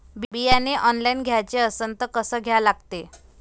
बियाने ऑनलाइन घ्याचे असन त कसं घ्या लागते?